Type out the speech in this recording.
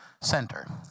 center